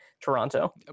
Toronto